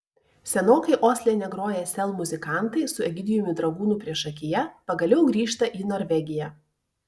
senokai osle negroję sel muzikantai su egidijumi dragūnu priešakyje pagaliau grįžta į norvegiją